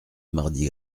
mardi